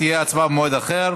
תהיה הצבעה במועד אחר.